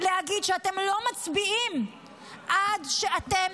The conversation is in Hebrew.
להגיד שאתם לא מצביעים עד שאתם